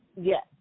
Yes